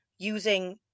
using